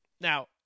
Now